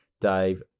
dave